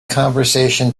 conversation